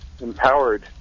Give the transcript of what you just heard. empowered